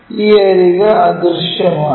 ഈ അരിക് അദൃശ്യമാണ്